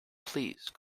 please